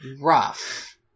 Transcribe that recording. rough